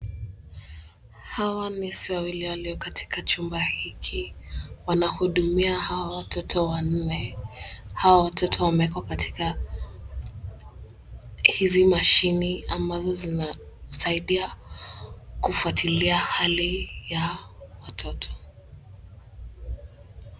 Hawa nesi wawili walio katika chumba hiki, wanahudumia hawa watoto wanne. Hawa watoto wamewekwa katika hizi mashini, ambazo zinasaidia kufuatilia hali ya watoto.